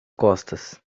costas